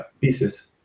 pieces